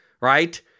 right